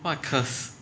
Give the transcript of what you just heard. what curse